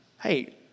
hey